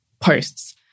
posts